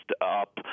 up